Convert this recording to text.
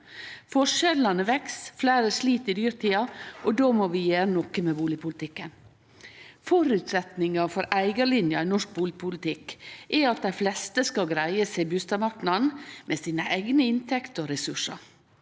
Forskjellane veks, fleire slit i dyrtida, og då må vi gjere noko med bustadpolitikken. Føresetnaden for eigarlinja i norsk bustadpolitikk er at dei fleste skal greie seg i bustadmarknaden med sine eigne inntekter og ressursar,